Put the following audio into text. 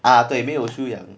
啊对没有修养